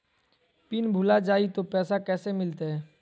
Pin भूला जाई तो पैसा कैसे मिलते?